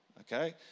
okay